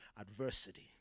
adversity